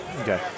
Okay